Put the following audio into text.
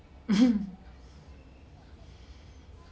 hmm